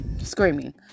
screaming